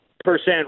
percent